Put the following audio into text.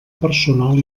personal